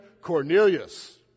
Cornelius